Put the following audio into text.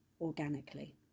organically